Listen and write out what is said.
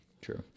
True